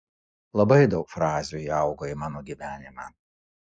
labai daug frazių įaugo į mano gyvenimą